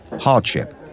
hardship